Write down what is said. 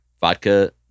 Vodka